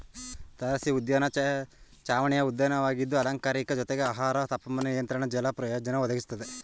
ತಾರಸಿಉದ್ಯಾನ ಚಾವಣಿಯ ಉದ್ಯಾನವಾಗಿದ್ದು ಅಲಂಕಾರಿಕ ಜೊತೆಗೆ ಆಹಾರ ತಾಪಮಾನ ನಿಯಂತ್ರಣ ಜಲ ಪ್ರಯೋಜನ ಒದಗಿಸ್ತದೆ